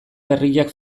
berriak